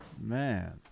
man